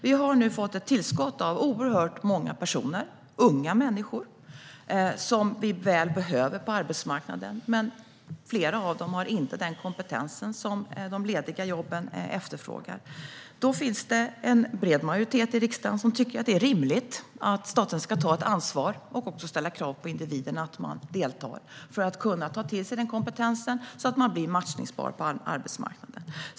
Vi har nu fått ett tillskott av oerhört många personer - unga människor - som vi väl behöver på arbetsmarknaden. Men flera av dem har inte den kompetens som efterfrågas för de lediga jobben. Då finns det en bred majoritet i riksdagen som tycker att det är rimligt att staten ska ta ansvar och ställa krav på individen att delta för att kunna ta till sig kompetensen och bli matchningsbar på arbetsmarknaden.